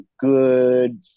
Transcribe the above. good